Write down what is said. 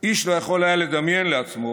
איש לא יכול היה לדמיין לעצמו